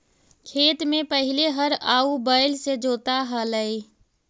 खेत में पहिले हर आउ बैल से जोताऽ हलई